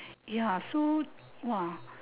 ya so !wah!